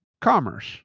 commerce